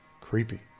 Creepy